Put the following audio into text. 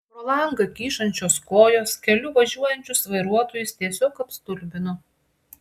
pro langą kyšančios kojos keliu važiuojančius vairuotojus tiesiog apstulbino